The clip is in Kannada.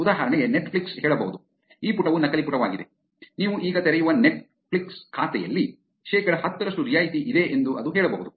ಉದಾಹರಣೆಗೆ ನೆಟ್ಫ್ಲಿಕ್ಸ್ ಹೇಳಬಹುದು ಈ ಪುಟವು ನಕಲಿ ಪುಟವಾಗಿದೆ ನೀವು ಈಗ ತೆರೆಯುವ ನೆಟ್ಫ್ಲೆಕ್ಸ್ ಖಾತೆಯಲ್ಲಿ ಶೇಕಡಾ ಹತ್ತರಷ್ಟು ರಿಯಾಯಿತಿ ಇದೆ ಎಂದು ಅದು ಹೇಳಬಹುದು